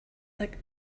that